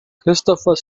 christopher